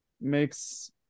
makes